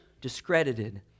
discredited